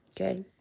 Okay